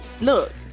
Look